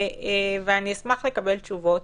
ואשמח לקבל תשובות.